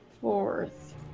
fourth